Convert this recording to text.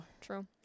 true